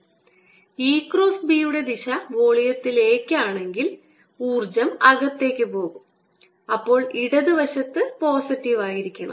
E cross B യുടെ ദിശ വോളിയത്തിലേക്ക് ആണെങ്കിൽ ഊർജ്ജം അകത്തേക്ക് പോകും അപ്പോൾ ഇടത് വശത്ത് പോസിറ്റീവ് ആയിരിക്കണം